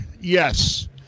Yes